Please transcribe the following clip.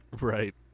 Right